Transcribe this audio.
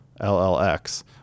LLX